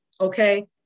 Okay